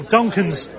Duncan's